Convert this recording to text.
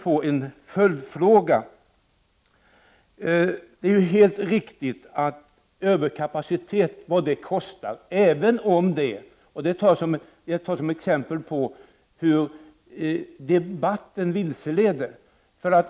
Låt mig först ta upp frågan om kostnaden för överkapaciteten. Man kan se den frågan som ett exempel på hur debatten kan vilseleda.